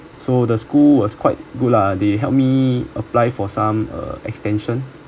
so the school was quite good lah they help me apply for some uh extension